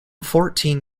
fourteen